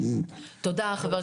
תודה ח"כ רז.